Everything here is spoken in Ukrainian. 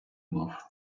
мав